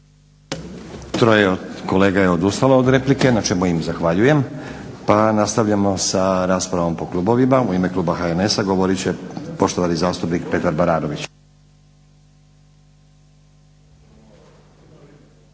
Troje od kolega je odustalo od replike na čemu im zahvaljujem. Pa nastavljamo sa raspravom po klubovima. U ime Kluba HNS-a govorit će poštovani zastupnik Petar Baranović.